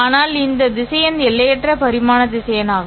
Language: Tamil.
ஆனால் இந்த திசையன் எல்லையற்ற பரிமாண திசையன் ஆகும்